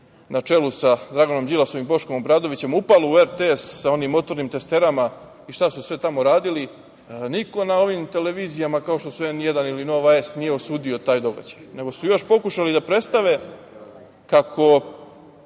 na čelu sa Draganom Đilasom i Boškom Obradovićem, upalo u RTS sa onim motornim testerama i šta su sve tamo radili. Niko na ovim televizijama, kao što su N1 ili Nova S nije osudio taj događaj, nego su još pokušali da predstave kako